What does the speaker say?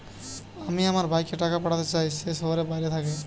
আমি আমার ভাইকে টাকা পাঠাতে চাই যে শহরের বাইরে থাকে